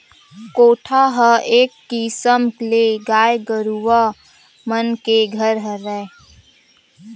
कोठा ह एक किसम ले गाय गरुवा मन के घर हरय